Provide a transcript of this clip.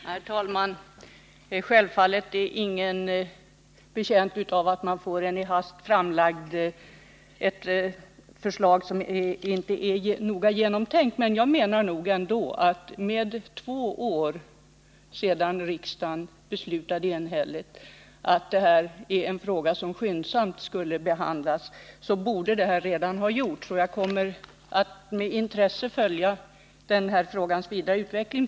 Herr talman! Självfallet är ingen betjänt av ett förslag som inte är noga genomtänkt, men jag menar nog ändå att det här arbetet, två år efter riksdagens enhälliga beslut att frågan skyndsamt skulle behandlas, borde vara färdigt. Jag kommer att med intresse följa den här frågans vidare utveckling.